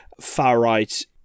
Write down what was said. far-right